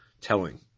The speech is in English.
telling